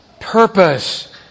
purpose